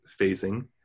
phasing